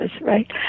right